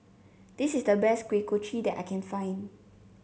this is the best Kuih Kochi that I can find